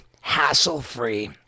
hassle-free